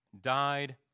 died